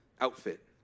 outfit